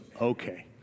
okay